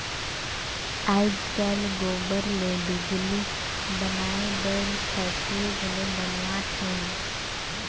आयज कायल गोबर ले बिजली बनाए बर फेकटरी घलो बनावत हें